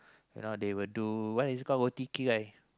you know they will do what is called roti kirai